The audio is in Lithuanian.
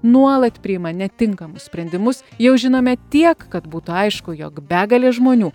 nuolat priima netinkamus sprendimus jau žinome tiek kad būtų aišku jog begalė žmonių